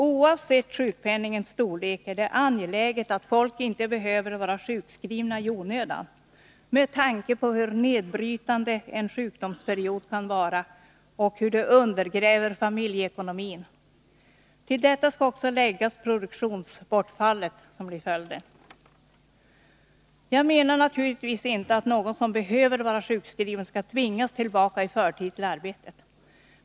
Oavsett sjukpenningens storlek är det angeläget att folk inte behöver vara sjukskrivna i onödan, med tanke på hur nedbrytande en sjukdomsperiod kan vara och hur det undergräver familjeekonomin. Till detta skall också läggas produktionsbortfallet som blir följden. Jag menar naturligtvis inte att någon som behöver vara sjukskriven skall tvingas tillbaka i förtid till arbetet.